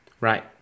Right